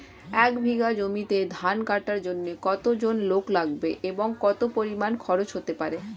এক বিঘা জমিতে ধান কাটার জন্য কতজন লোক লাগবে এবং কত পরিমান খরচ হতে পারে?